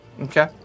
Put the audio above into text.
Okay